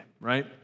right